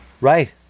Right